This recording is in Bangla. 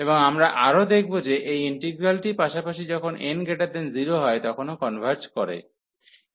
এবং আমরা আরও দেখব যে এই ইন্টিগ্রালটি পাশাপাশি যখন n0 হয় তখনও কনভার্জ করে